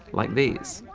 like these.